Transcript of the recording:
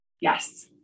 Yes